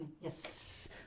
Yes